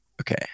Okay